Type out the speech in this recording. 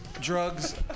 drugs